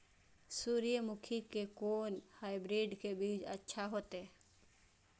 सूर्यमुखी के कोन हाइब्रिड के बीज अच्छा होते?